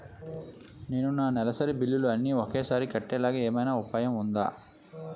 నేను నా నెలసరి బిల్లులు అన్ని ఒకేసారి కట్టేలాగా ఏమైనా ఉపాయం ఉందా?